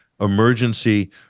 emergency